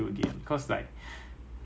uh ya